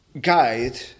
guide